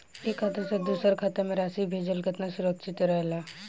एक खाता से दूसर खाता में राशि भेजल केतना सुरक्षित रहेला?